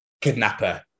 Kidnapper